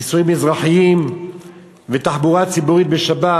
נישואים אזרחיים ותחבורה ציבורית בשבת,